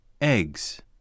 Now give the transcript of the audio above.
eggs